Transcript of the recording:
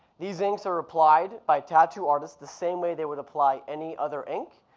these inks are applied by tattoo artists the same way they would apply any other ink,